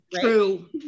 true